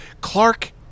Clark